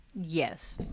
Yes